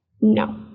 No